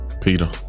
Peter